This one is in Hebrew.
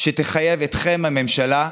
שתחייב אתכם, הממשלה,